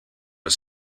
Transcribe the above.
are